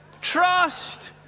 trust